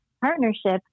partnership